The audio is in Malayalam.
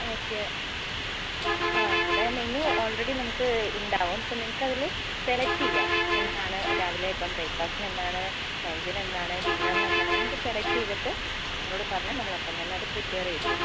ഓക്കെ ഇവിടെ മെനു ആൾറെഡി നമുക്ക് ഉണ്ടാവും അപ്പോൾ നിങ്ങൾക്ക് അതിൽ സെലക്ട് ചെയ്യാം എന്താണ് രാവിലെ ഇപ്പം ബ്രേക്ഫാസ്റ്റിന് എന്താണ് ലഞ്ചിന് എന്താണ് ഡിന്നറിന് എന്താണ് നമുക്ക് സെലക്ട് ചെയ്തിട്ട് നമ്മളോട് പറഞ്ഞാൽ നമ്മൾ അപ്പം തന്നെ അത് പ്രിപ്പയർ ചെയ്തു തരും